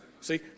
See